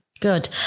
Good